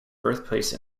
birthplace